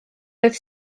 oedd